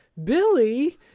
Billy